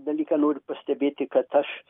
dalyką noriu pastebėti kad aš